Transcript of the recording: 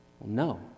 No